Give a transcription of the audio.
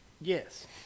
Yes